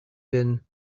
been